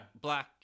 black